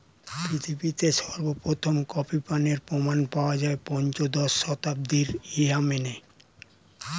পৃথিবীতে সর্বপ্রথম কফি পানের প্রমাণ পাওয়া যায় পঞ্চদশ শতাব্দীর ইয়েমেনে